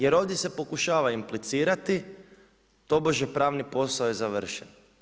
Jer ovdje se pokušava implicirati tobože pravni posao je završen.